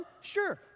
sure